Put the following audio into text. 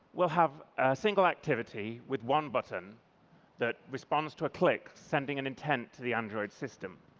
we'll have a single activity with one button that responds to a click sending an intent to the android system.